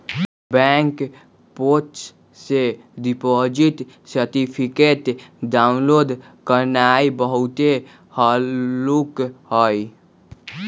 bank portal से deposit certificate download करनाइ बहुते हल्लुक हइ